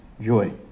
joy